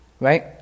right